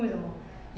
为什么